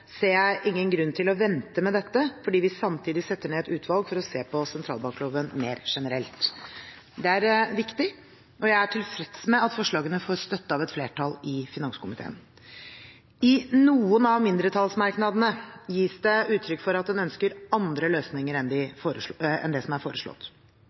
ser jeg ingen grunn til å vente med dette fordi vi samtidig setter ned et utvalg for å se på sentralbankloven mer generelt. Det er viktig, og jeg er tilfreds med, at forslagene får støtte av et flertall i finanskomiteen. I noen av mindretallsmerknadene gis det uttrykk for at en ønsker andre løsninger enn de som er foreslått.